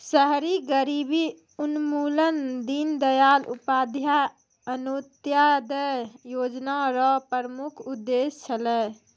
शहरी गरीबी उन्मूलन दीनदयाल उपाध्याय अन्त्योदय योजना र प्रमुख उद्देश्य छलै